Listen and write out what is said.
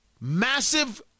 massive